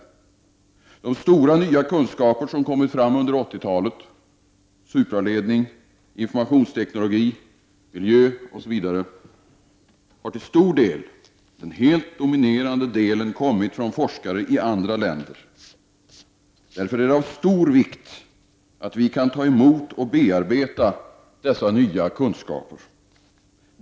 Av de stora nya kunskaper som har kommit fram under 80-talet — supraledning, informationsteknologi, miljö m.m. — har den helt dominerande delen kommit från forskare i andra länder. Därför är det av stor vikt att vi kan ta emot och bearbeta dessa nya kunskaper.